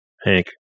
Hank